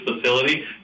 facility